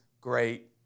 great